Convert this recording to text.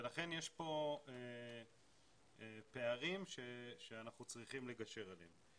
לכן יש פה פערים שאנחנו צריכים לגשר עליהם.